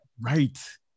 Right